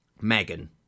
Megan